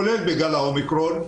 כולל בגל האומיקרון,